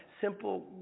simple